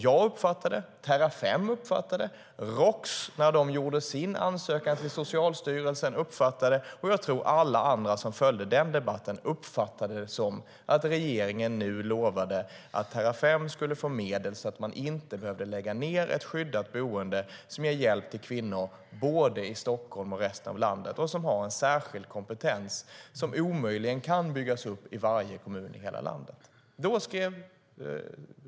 Jag, Terrafem, Roks, när de gjorde sin ansökan till Socialstyrelsen, och, tror jag, alla andra som följde den debatten uppfattade det som att regeringen nu lovade att Terrafem skulle få medel så att man inte behövde lägga ned ett skyddat boende som ger hjälp till kvinnor både i Stockholm och i resten av landet och som har en särskild kompetens som omöjligen kan byggas upp i varje kommun i landet.